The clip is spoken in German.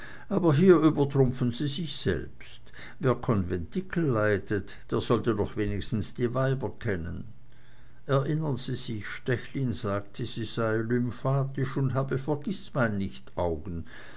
aber hier übertrumpfen sie sich selbst wer konventikel leitet der sollte doch wenigstens die weiber kennen erinnern sie sich stechlin sagte sie sei lymphatisch und habe vergißmeinnichtaugen